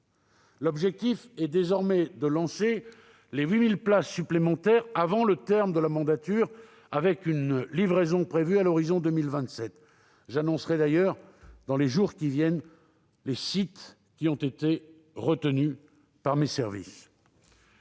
L'objectif est désormais de lancer les 8 000 places supplémentaires avant le terme de la mandature, avec une livraison prévue à l'horizon de 2027. J'annoncerai d'ailleurs dans les jours à venir les sites qui ont été retenus par mes services.